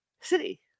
city